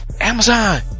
Amazon